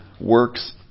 works